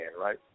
right